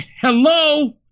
hello